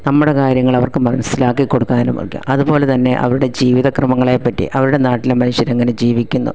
നമ്മുടെ കാര്യങ്ങൾ അവർക്ക് മനസ്സിലാക്കി കൊടുക്കാനും ഒക്കെ അതുപോലെ തന്നെ അവരുടെ ജീവിത ക്രമങ്ങളെ പറ്റി അവരുടെ നാട്ടിലെ മനുഷ്യർ അങ്ങനെ ജീവിക്കുന്നു